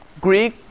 Greek